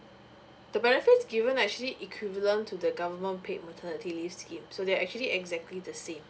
the benefit given actually equivalent to the government paid maternity leave scheme so they're actually exactly the same